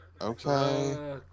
okay